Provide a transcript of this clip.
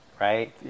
right